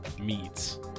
meats